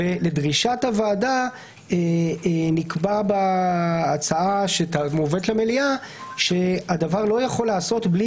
לדרישת הוועדה נקבע בהצעה שמובאת למליאה שהדבר לא יכול להיעשות בלי